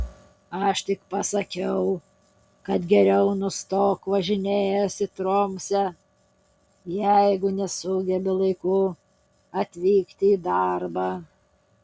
aš tik pasakiau kad geriau nustok važinėjęs į tromsę jeigu nesugebi laiku atvykti į darbą